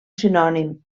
sinònim